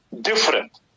different